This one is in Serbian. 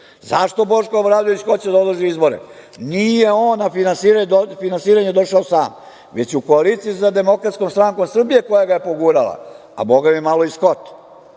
Zašto Boško Obradović hoće da odloži izbore? Nije on na finansiranje došao sam, već u koaliciji sa Demokratskom strankom Srbije koja ga je pogurala, a bogami malo i Skot.